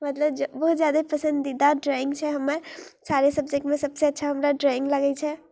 मतलब जे बहुत ज्यादे पसंदीदा ड्रॉइंग छै हमर सारे सब्जेक्टमे सभसँ अच्छा हमरा ड्रॉइंग लागैत छै